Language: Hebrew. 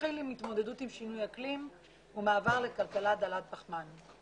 נתחיל עם התמודדות עם שינוי אקלים ומעבר לכלכלה דלת פחמן.